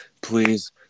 please